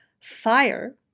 fire